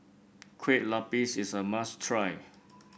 Kueh Lupis is a must try